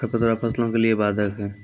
खडपतवार फसलों के लिए बाधक हैं?